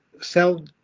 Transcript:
sell